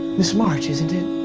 miss march, isn't it?